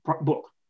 book